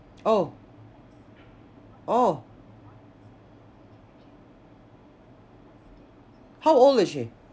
oh oh how old is she